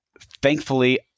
Thankfully